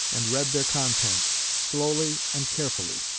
and read their contents, slowly and carefully.